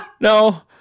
No